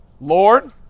Lord